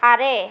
nose